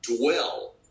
dwell